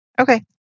Okay